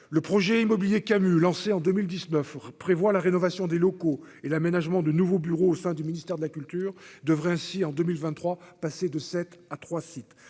le projet immobilier Camus, lancée en 2019 prévoit la rénovation des locaux et l'aménagement de nouveau bureau au sein du ministère de la culture devrait ainsi en 2023, passer de 7 à 3 sites